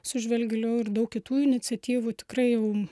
su žvelk giliau ir daug kitų iniciatyvų tikrai jau